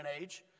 age